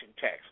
tax